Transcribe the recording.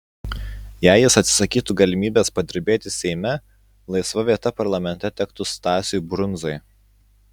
jei jis atsisakytų galimybės padirbėti seime laisva vieta parlamente tektų stasiui brundzai